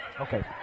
Okay